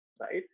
right